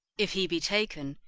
if he be taken,